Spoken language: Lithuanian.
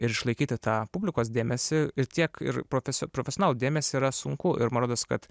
ir išlaikyti tą publikos dėmesį ir tiek ir profe profesionalų dėmesį yra sunku ir man rodos kad